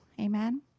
amen